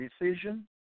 decision